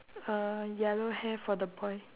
uh yellow hair for the boy